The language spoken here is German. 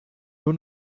nur